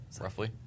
roughly